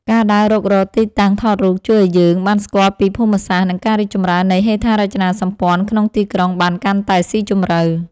ការដើររុករកទីតាំងថតរូបជួយឱ្យយើងបានស្គាល់ពីភូមិសាស្ត្រ និងការរីកចម្រើននៃហេដ្ឋារចនាសម្ព័ន្ធក្នុងទីក្រុងបានកាន់តែស៊ីជម្រៅ។